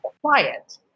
quiet